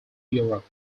europe